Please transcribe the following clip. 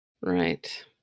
Right